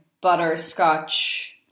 butterscotch